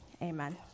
Amen